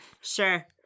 Sure